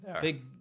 big